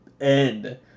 end